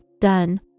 done